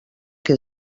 que